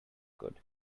good